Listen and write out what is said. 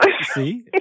See